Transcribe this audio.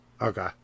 Okay